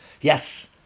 Yes